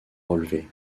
relevées